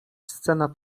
scena